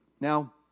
Now